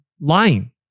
lying